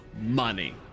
money